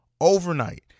Overnight